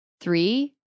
three